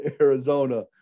Arizona